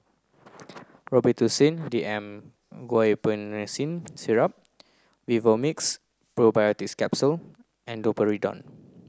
Robitussin D M Guaiphenesin Syrup Vivomixx Probiotics Capsule and Domperidone